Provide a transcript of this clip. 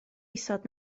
isod